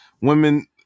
Women